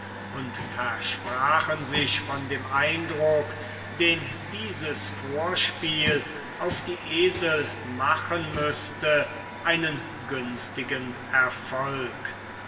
und versprachen sich von dem eindruck den dieses vorspiel auf die esel machen müßte einen günstigen erfolg